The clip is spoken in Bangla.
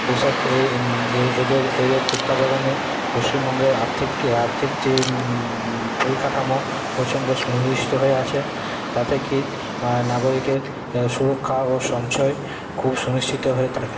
এইসব এদের এদের তত্ত্বাবধানে পশ্চিমবঙ্গের আর্থিক কে আর্থিক যে পরিকাঠামো প্রচণ্ড সুনির্দিষ্ট হয়ে আছে তাতে কি নাগরিকের সুরক্ষা ও সঞ্চয় খুব সুনির্দিষ্ট হয়ে থাকে